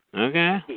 Okay